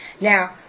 Now